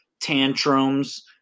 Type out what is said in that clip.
tantrums